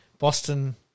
Boston